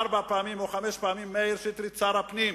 ארבע פעמים או חמש פעמים, מאיר שטרית, שר הפנים,